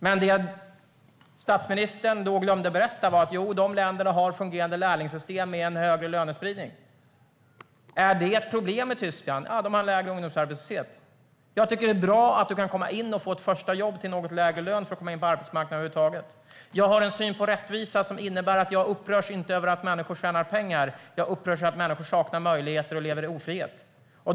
Men det statsministern då glömde berätta var att de länderna har fungerande lärlingssystem med högre lönespridning. Är det ett problem i Tyskland? De har lägre ungdomsarbetslöshet. Jag tycker att det är bra att du kan komma in och få ett första jobb till något lägre lön för att komma in på arbetsmarknaden över huvud taget. Jag har en syn på rättvisa som innebär att jag inte upprörs över att människor tjänar pengar utan upprörs över att människor saknar möjligheter och lever i ofrihet.